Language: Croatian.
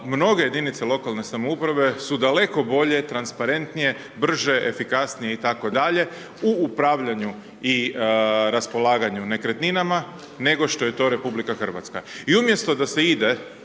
Mnoge jedinice lokalne samouprave su daleko bolje, transparentnije, brže, efikasnije itd. u upravljanju i raspolaganju nekretninama, nego što je to RH.